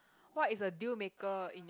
what is a deal maker in